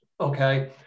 Okay